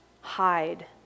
hide